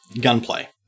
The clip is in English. Gunplay